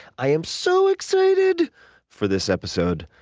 i am so excited for this episode.